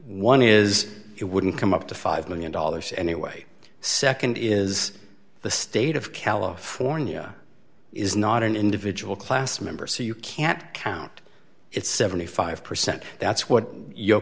one is it wouldn't come up to five million dollars anyway nd is the state of california is not an individual class member so you can't count it seventy five percent that's what yo